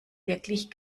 wirklich